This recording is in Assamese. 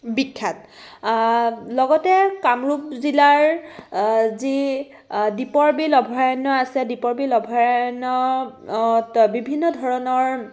বিখ্যাত লগতে কামৰূপ জিলাৰ যি দীপৰ বিল অভয়াৰণ্য আছে দীপৰ বিল অভয়াৰণ্যত বিভিন্ন ধৰণৰ